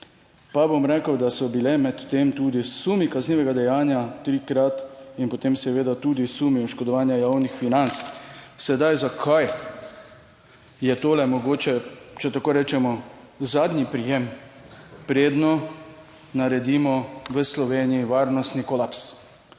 pa bom rekel, da so bile med tem tudi sumi kaznivega dejanja, trikrat, in potem seveda tudi sumi oškodovanja javnih financ. Sedaj, zakaj je tole mogoče, če tako rečemo, zadnji prijem, predno naredimo v Sloveniji varnostni kolaps.